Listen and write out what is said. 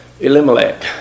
Elimelech